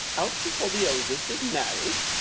out before the oldest is married!